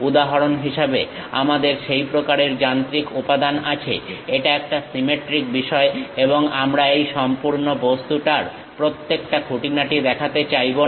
উদাহরণ হিসেবে আমাদের সেই প্রকারের যান্ত্রিক উপাদান আছে এটা একটা সিমেট্রিক বিষয় এবং আমরা সেই সম্পূর্ণ বস্তুটার প্রত্যেকটা খুঁটিনাটি দেখাতে চাইবো না